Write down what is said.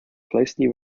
closely